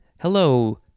Hello